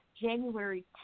January